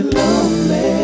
lonely